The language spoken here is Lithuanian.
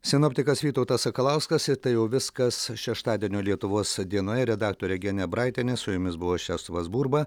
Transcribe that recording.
sinoptikas vytautas sakalauskas ir tai jau viskas šeštadienio lietuvos dienoje redaktorė genė abraitienė su jumis buvo česlovas burba